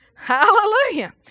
Hallelujah